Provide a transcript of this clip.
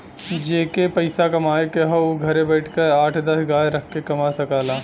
जेके के पइसा कमाए के हौ उ घरे बइठल आठ दस गाय रख के कमा सकला